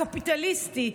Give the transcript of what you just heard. הקפיטליסטי,